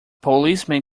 policemen